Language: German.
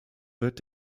wird